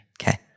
okay